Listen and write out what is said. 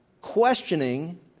questioning